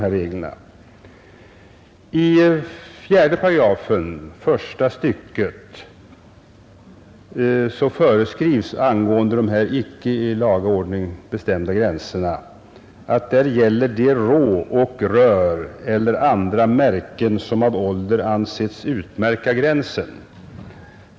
I 1 kap. 4 § första stycket föreskrivs angående de icke i laga ordning bestämda gränserna att där gäller de rå och rör eller andra märken som av ålder anses utmärka gränsen.